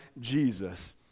Jesus